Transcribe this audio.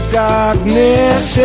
darkness